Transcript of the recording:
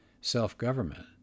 self-government